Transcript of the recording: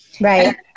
Right